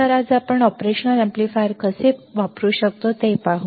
तर आज आपण ऑपरेशनल अॅम्प्लीफायर कसे वापरू शकतो ते पाहू